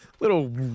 Little